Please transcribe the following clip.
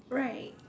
right